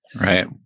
Right